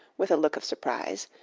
with a look of surprise,